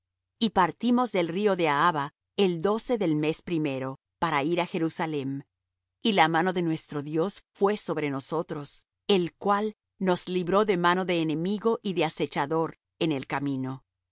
y partimos del río de ahava el doce del mes primero para ir á jerusalem y la mano de nuestro dios fué sobre nosotros el cual nos libró de mano de enemigo y de asechador en el camino